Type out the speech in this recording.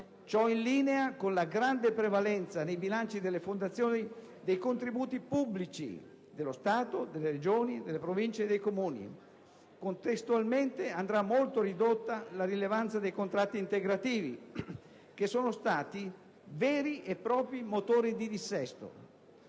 Ciò in linea con la grande prevalenza nei bilanci delle fondazioni dei contributi pubblici dello Stato, delle Regioni, delle Province e dei Comuni. Contestualmente andrà molto ridotta la rilevanza dei contratti integrativi, che sono stati veri e propri motori di dissesto.